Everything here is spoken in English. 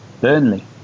Burnley